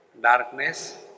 Darkness